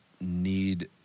need